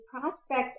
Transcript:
prospect